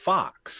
Fox